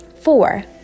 Four